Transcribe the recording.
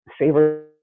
savor